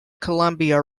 columbia